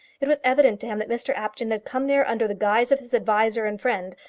it was evident to him that mr apjohn had come there under the guise of his advisor and friend,